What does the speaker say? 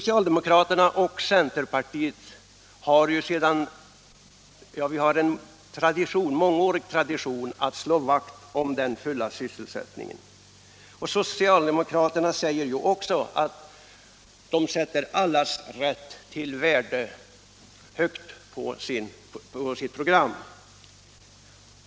Centerpartiet och socialdemokraterna har också en mångårig tradition när det gäller att slå vakt om den fulla sysselsättningen. Socialdemokraterna säger ju också att de sätter allas rätt till arbete högt på sitt program.